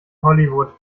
hollywood